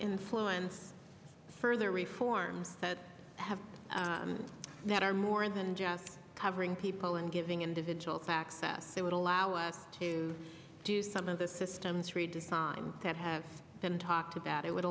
influence further reforms that have that are more than just covering people and giving individual access they would allow us to do some of the system three design that have been talked about it would